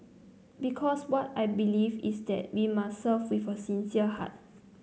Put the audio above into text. because what I believe is that we must serve with a sincere heart